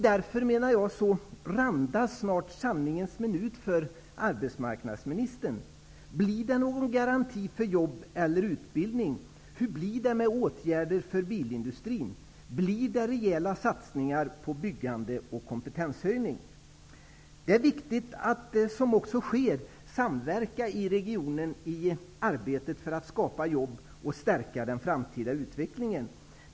Därför randar snart sanningens minut för arbetsmarknadsministern. Blir det någon garanti för jobb eller utbildning? Hur blir det med åtgärder för bilindustrin? Blir det rejäla satsningar på byggande och kompetenshöjning? Det är viktigt att samverka, vilket också sker, i regionen i arbetet för att skapa jobb och stärka den framtida utvecklingen.